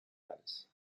alice